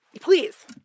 Please